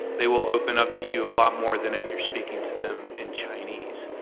they will open up to you a lot more than if you're speaking to them in chinese.